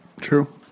True